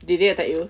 did they attack you